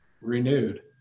renewed